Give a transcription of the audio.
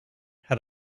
had